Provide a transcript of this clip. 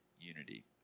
unity